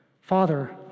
Father